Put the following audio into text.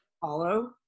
follow